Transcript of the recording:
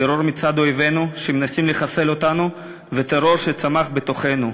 טרור מצד אויבינו שמנסים לחסל אותנו וטרור שצמח בתוכנו,